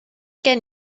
gen